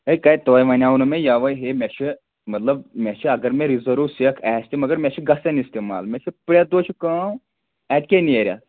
ہے کَتہِ تۄہہِ وَنیٛاو نا مےٚ یَوَے ہے مےٚ چھِ مطلب مےٚ چھِ اگر مےٚ رِزٲرٕو سیٚکھ آسہِ تہِ مگر مےٚ چھِ گژھان استعمال مےٚ چھِ پرٮ۪تھ دۄہ چھِ کٲم اَتہِ کیٛاہ نیرِ اَتھ